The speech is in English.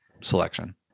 selection